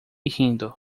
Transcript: rindo